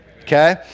okay